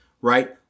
right